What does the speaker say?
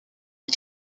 une